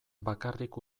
bakarrik